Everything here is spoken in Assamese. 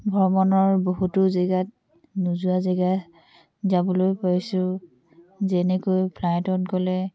ভ্ৰমণৰ বহুতো জেগাত নোযোৱা জেগা যাবলৈ পাইছো যেনেকৈ ফ্লাইটত গ'লে